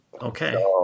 okay